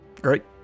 Great